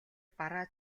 бараа